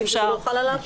הוא יבין שזה לא חל עליו.